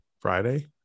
Friday